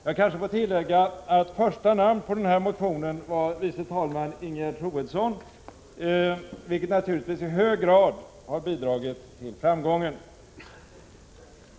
Jag kanske får tillägga att första namn på den här motionen var vice talman Ingegerd Troedsson, vilket naturligtvis i hög grad har bidragit till framgången.